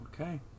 Okay